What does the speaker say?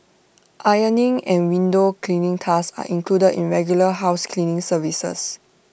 ironing and window cleaning tasks are included in regular house cleaning services